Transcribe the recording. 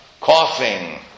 coughing